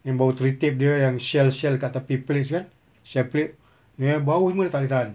yang bau dia yang shell shell dekat tepi plates kan shell plate yang bau dia semua dah tak boleh tahan